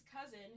cousin